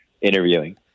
interviewing